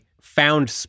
found